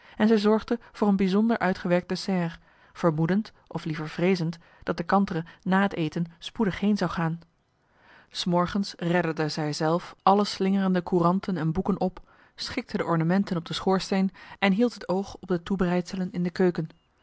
en zij zorgde voor een bijzonder uitgewerkt dessert vermoedend of liever vreezend dat de kantere na het eten spoedig heen zou gaan s morgens redderde zij zelf alle slingerende couranten en boeken op schikte de ornamenten op de schoorsteen en hield het oog op de toebereidselen in de keuken